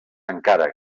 ankara